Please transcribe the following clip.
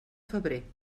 febrer